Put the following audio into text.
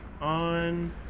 on